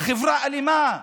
חברה אלימה,